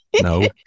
no